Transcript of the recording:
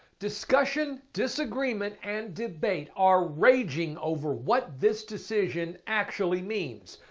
discussion, disagrement and debate are raging over what this decision actually means.